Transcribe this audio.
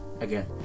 again